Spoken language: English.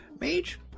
Mage